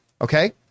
okay